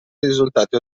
risultati